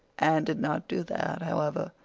anne did not do that, however,